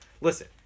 Listen